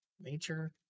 Nature